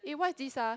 eh what's this ah